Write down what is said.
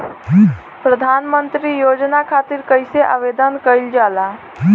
प्रधानमंत्री योजना खातिर कइसे आवेदन कइल जाला?